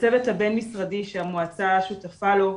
בצוות הבין-משרדי שהמועצה שותפה לו,